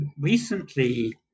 recently